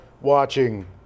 watching